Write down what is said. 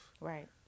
Right